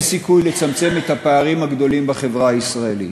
סיכוי לצמצם את הפערים הגדולים בחברה הישראלית.